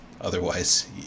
otherwise